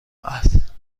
است